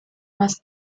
más